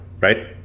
right